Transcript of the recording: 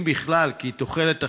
אם בכלל, כי תוחלת החיים,